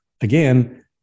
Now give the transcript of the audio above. again